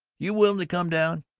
you willing to come down?